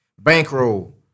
Bankroll